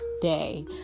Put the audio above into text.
day